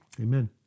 amen